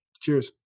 Cheers